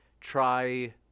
try